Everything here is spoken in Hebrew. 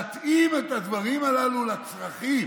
להתאים את הדברים הללו לצרכים.